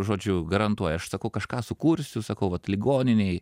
žodžiu garantuoja aš sakau kažką sukursiu sakau vat ligoninei